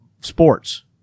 sports